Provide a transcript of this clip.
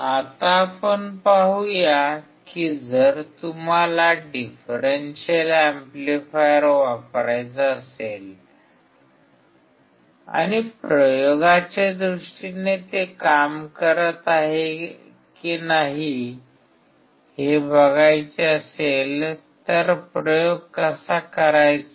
आता आपण पाहूया की जर तुम्हाला डिफरेंशियल एम्प्लीफायर वापरायचा असेल आणि प्रयोगाच्या दृष्टीने ते काम करत आहे की नाही हे बघायचे असेल तर प्रयोग कसा करायचा